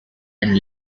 and